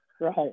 Right